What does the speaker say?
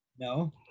No